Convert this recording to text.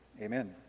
amen